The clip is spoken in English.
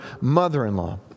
mother-in-law